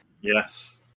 Yes